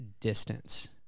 distance